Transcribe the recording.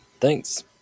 Thanks